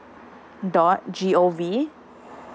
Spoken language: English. dot G_O_V